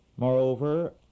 Moreover